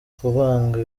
kuvanga